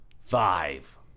Five